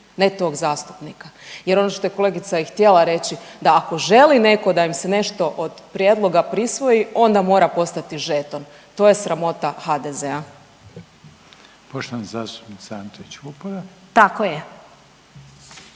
ne tog zastupnika jer ono što je kolegica i htjela reći, da ako želi netko da im se nešto od prijedloga prisvoji, onda mora postati žeton, to je sramota HDZ-a. **Reiner, Željko